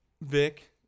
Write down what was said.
Vic